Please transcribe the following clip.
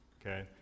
Okay